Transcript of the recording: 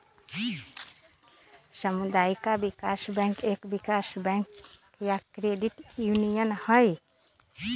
सामुदायिक विकास बैंक एक विकास बैंक या क्रेडिट यूनियन हई